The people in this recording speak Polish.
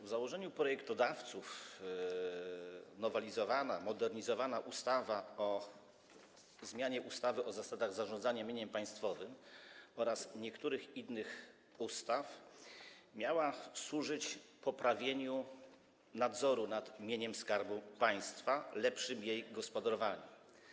W założeniu projektodawców projekt ustawy o zmianie ustawy o zasadach zarządzania mieniem państwowym oraz niektórych innych ustaw miał służyć poprawieniu nadzoru nad mieniem Skarbu Państwa, lepszemu nim gospodarowaniu.